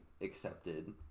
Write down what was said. accepted